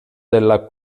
della